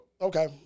Okay